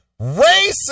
racist